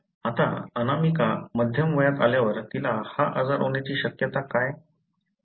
आता अनामिका मध्यम वयात आल्यावर तिला हा आजार होण्याची शक्यता काय